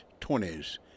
20s